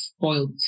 spoiled